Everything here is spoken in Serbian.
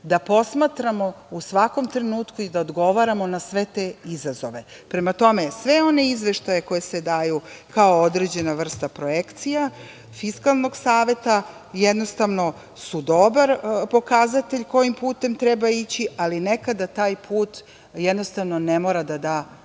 da posmatramo u svakom trenutku i da odgovaramo na sve te izazove. Prema tome, svi oni izveštaji koji se daju kao određena vrsta projekcija Fiskalnog saveta su dobar pokazatelj kojim putem treba ići, ali nekada taj put ne mora da da